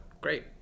great